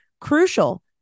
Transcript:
crucial